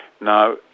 Now